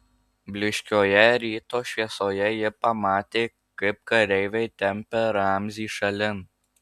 blyškioje ryto šviesoje ji pamatė kaip kareiviai tempia ramzį šalin